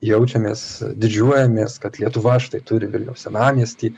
jaučiamės didžiuojamės kad lietuva štai turi vilniaus senamiestį